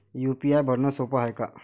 UPI भरनं सोप हाय का?